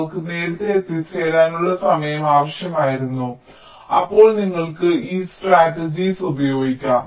അവർക്ക് നേരത്തെ എത്തിച്ചേരാനുള്ള സമയം ആവശ്യമായിരുന്നു അപ്പോൾ നിങ്ങൾക്ക് ഈ സ്ട്രാറ്റജിസ് ഉപയോഗിക്കാം